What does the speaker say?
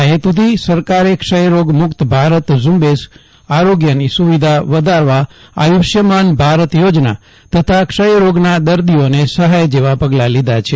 આ હેતુ થી સરકારે ક્ષય રોગ મુક્ત ભારત ઝુંબેશ આરોગ્યની સુવિધા વધારવા આયુષ્માન ભારત યોજના તથા ક્ષય રોગના દર્દીઓને સહાય જેવા પગલાં લીધા છે